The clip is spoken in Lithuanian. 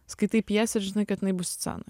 skaitai pjesę žinai kad jinai bus scenoj